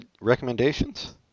Recommendations